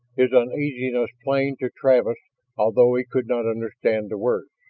his uneasiness plain to travis although he could not understand the words.